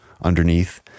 underneath